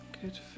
Good